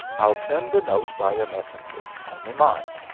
i'll send the note by a messenger only mind,